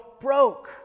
broke